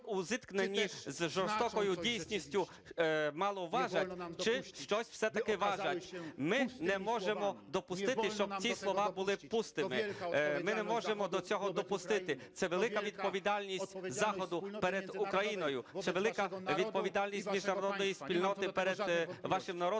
Ми не можемо до цього допустити. Це велика відповідальність Заходу перед Україною чи велика відповідальність міжнародної спільноти перед вашим народом